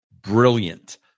brilliant